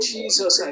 Jesus